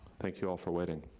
thank you all for waiting.